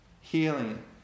Healing